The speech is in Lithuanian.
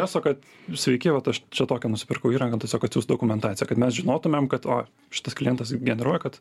eso kad sveiki vat aš čia tokią nusipirkau įrangą tiesiog atsiųst dokumentaciją kad mes žinotumėm kad o šitas klientas generuoja kad